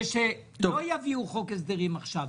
שלא יביאו חוק הסדרים עכשיו,